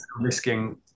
risking